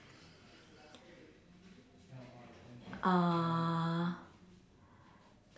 uh